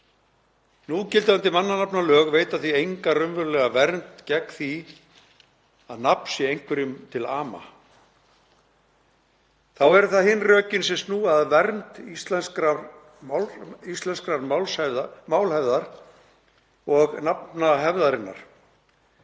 Núgildandi mannanafnalög veita því enga raunverulega vernd gegn því að nafn sé einhverjum til ama. Þá eru það hin rökin sem snúa að vernd íslenskrar málhefðar og nafnahefðarinnar.